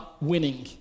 winning